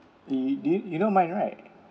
do do you you know mine right